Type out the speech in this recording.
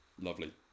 lovely